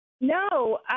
No